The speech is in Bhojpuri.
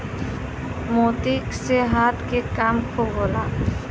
मोती से हाथ के काम खूब होला